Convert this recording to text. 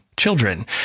children